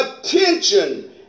attention